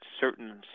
certain